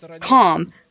calm